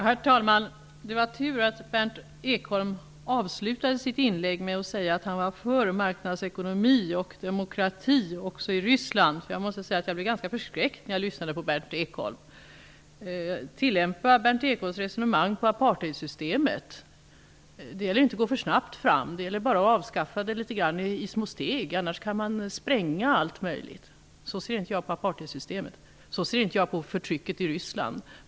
Herr talman! Det var tur att Berndt Ekholm avslutade sitt inlägg med att säga att han är för marknadsekonomi och demokrati även i Ryssland. Jag måste säga att jag blev ganska förskräckt när jag lyssnade till Berndt Ekholm. Man skulle, som ett experiment, kunna tillämpa Berndt Ekholms resonemang på apartheidsystemet. Det gäller att inte gå för snabbt fram. Det gäller bara att avskaffa systemet litet grand i små steg. I annat fall kan man spränga allt möjligt. Så ser inte jag på apartheidsystemet, och så ser inte jag på förtrycket i Ryssland.